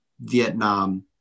Vietnam